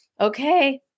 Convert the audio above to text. Okay